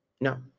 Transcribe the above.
No